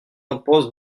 impasse